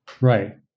Right